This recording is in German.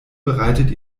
bereitet